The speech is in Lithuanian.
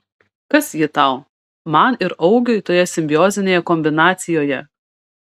kas ji tau man ir augiui toje simbiozinėje kombinacijoje